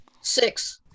Six